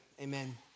Amen